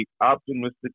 optimistic